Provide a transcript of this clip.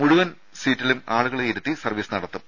മുഴുവൻ സീറ്റിലും ആളുകളെ ഇരുത്തി സർവീസ് നടത്തും